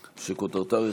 של חבר הכנסת מיקי לוי,